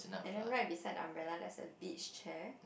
and then right beside the umbrella there's a beach chair